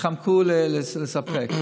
שהתחמקו מלספק.